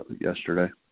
yesterday